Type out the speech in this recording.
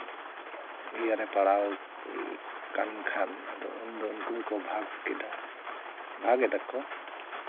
ᱤᱭᱟᱹᱨᱮ ᱯᱟᱲᱟᱣ ᱠᱟᱱ ᱠᱷᱟᱱ ᱟᱫᱚ ᱩᱱᱫᱚ ᱩᱱᱠᱩ ᱫᱚᱠᱚ ᱵᱷᱟᱜᱽ ᱠᱮᱫᱟ ᱵᱷᱟᱜᱽ ᱮᱫᱟᱠᱚ